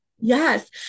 Yes